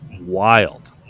wild